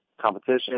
competition